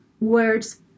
Words